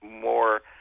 more